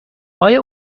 آیا